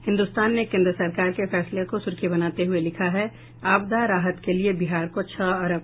हिन्दुस्तान ने केन्द्र सरकार के फैसले को सुर्खी बनाते हुये लिखा है आपदा राहत के लिए बिहार को छह अरब